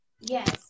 yes